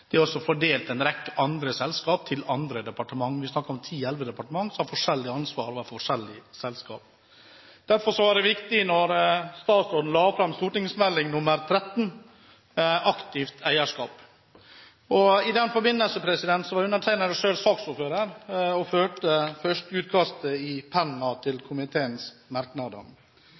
Det er også en rekke andre selskaper fordelt på andre departementer – vi snakker om ti–elleve departementer med ansvar for forskjellige selskaper. Derfor var det viktig da statsråden la fram Meld. St. 13 for 2010–2011, Aktivt eierskap. I den forbindelse var undertegnede saksordfører og førte førsteutkastet til komiteens merknader i pennen. Det er helt klart at det er forskjellige innfallsportaler til